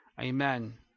amen